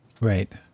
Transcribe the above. Right